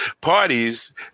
parties